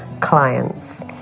clients